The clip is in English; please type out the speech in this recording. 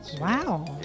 Wow